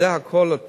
והכול זה